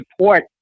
support